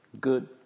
good